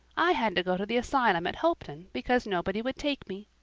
i had to go to the asylum at hopeton, because nobody would take me.